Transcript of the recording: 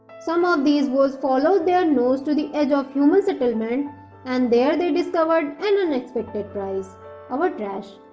some ah of these wolves followed their nose to the edge of human settlement and there they discovered an unexpected prize our trash.